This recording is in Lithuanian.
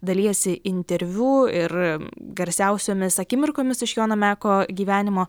dalijasi interviu ir garsiausiomis akimirkomis iš jono meko gyvenimo